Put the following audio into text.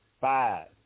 five